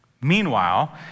Meanwhile